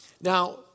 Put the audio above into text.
Now